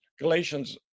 Galatians